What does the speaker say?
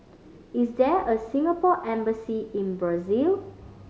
is there a Singapore Embassy in Brazil